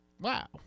Wow